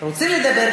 רוצים לדבר,